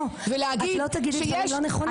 לא, את לא תגידי דברים לא נכונים, סליחה.